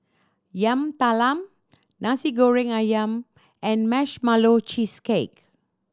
Yam Talam Nasi Goreng Ayam and Marshmallow Cheesecake